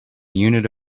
unit